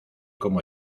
como